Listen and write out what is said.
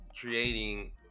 creating